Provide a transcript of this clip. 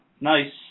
Nice